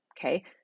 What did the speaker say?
okay